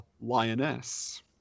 Lioness